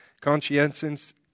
Conscientious